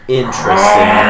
interesting